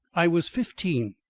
i was fifteen.